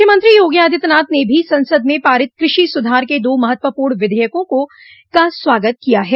मुख्यमंत्री योगी आदित्यनाथ ने भी संसद में पारित कृषि सुधार के दो महत्वपूर्ण विधेयकों का स्वागत किया है